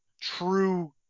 true